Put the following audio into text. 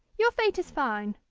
your fate is fine.